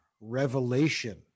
revelation